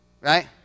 right